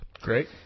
Great